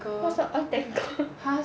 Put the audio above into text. what's the oil tanker